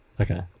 okay